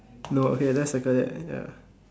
no okay then circle that then ya